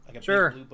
Sure